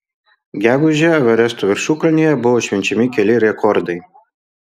gegužę everesto viršukalnėje buvo švenčiami keli rekordai